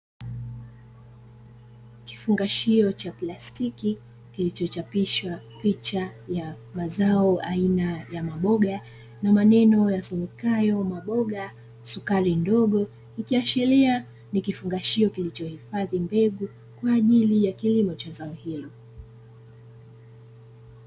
Kifungashio cha plastiki kilichochapishwa picha ya mazao aina ya maboga, na maneno yasomekayo "Maboga sukari ndogo", ikiashiria ni kifungashio kilicho hifadhi mbegu kwaajili ya kilimo cha zao hilo.